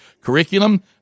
curriculum